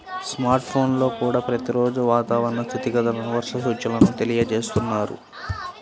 smart ఫోన్లల్లో కూడా ప్రతి రోజూ వాతావరణ స్థితిగతులను, వర్ష సూచనల తెలియజేస్తున్నారు